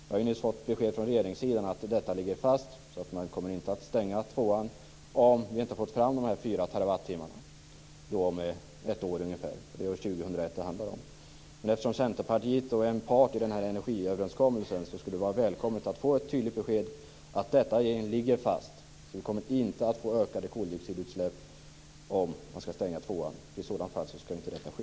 Jag har nyss fått besked från regeringssidan om att detta ligger fast, dvs. att man inte kommer att stänga tvåan om vi inte fått fram de fyra terawattimmarna om ungefär ett år. Det är ju år 2001 som det handlar om. Eftersom Centerpartiet är en part i energiöverenskommelsen vore det välkommet med ett besked om att detta ligger fast - att vi inte får ökade koldioxidutsläpp om tvåan stängs, för i så fall ska inte detta ske.